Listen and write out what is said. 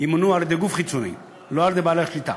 ימונו על-ידי גוף חיצוני, לא על-ידי בעלי השליטה,